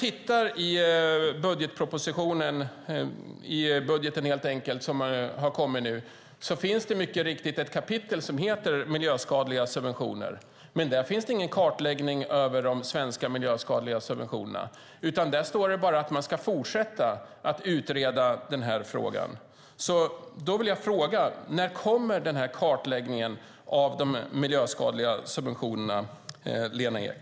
I budgeten som har kommit nu finns det mycket riktigt ett kapitel som heter Miljöskadliga subventioner . Men där finns det ingen kartläggning av de svenska miljöskadliga subventionerna, utan där står det bara att man ska fortsätta att utreda frågan. Då vill jag fråga: När kommer kartläggningen av de miljöskadliga subventionerna, Lena Ek?